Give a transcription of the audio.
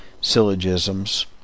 syllogisms